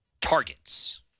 targets